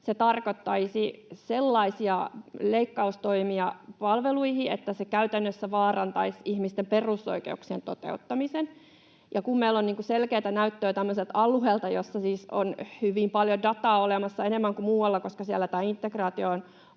se tarkoittaisi sellaisia leikkaustoimia palveluihin, että se käytännössä vaarantaisi ihmisten perusoikeuksien toteuttamisen. Ja kun meillä on selkeätä näyttöä tämmöiseltä alueelta, josta siis on hyvin paljon dataa olemassa, enemmän kuin muualla, koska siellä tämä integraatio